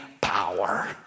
power